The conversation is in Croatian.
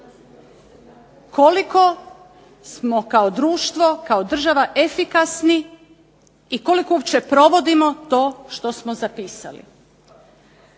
Koliko smo kao društvo, kao država efikasni i koliko uopće provodimo to što smo zapisali.